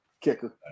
Kicker